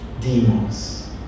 demons